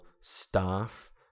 staff